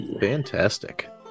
Fantastic